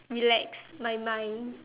relax my mind